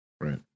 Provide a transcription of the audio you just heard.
Right